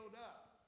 up